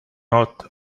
not